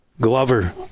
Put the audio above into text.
Glover